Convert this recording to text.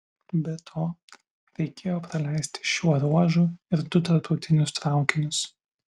be to reikėjo praleisti šiuo ruožu ir du tarptautinius traukinius